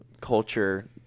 culture